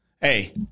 Hey